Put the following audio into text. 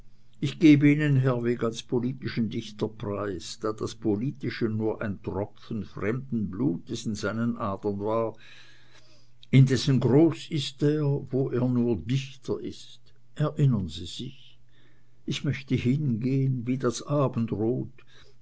ich gebe ihnen herwegh als politischen dichter preis da das politische nur ein tropfen fremden blutes in seinen adern war indessen groß ist er wo er nur dichter ist erinnern sie sich ich möchte hingehn wie das abendrot